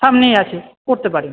সামনেই আছে করতে পারেন